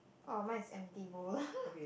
orh mine is empty bowl